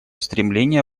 стремление